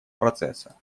процесса